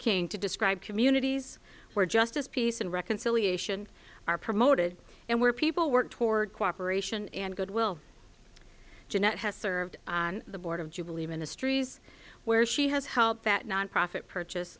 king to describe communities where justice peace and reconciliation are promoted and where people work toward cooperation and goodwill jeanette has served on the board of jubilee ministries where she has helped that nonprofit purchase